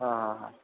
हा हा हा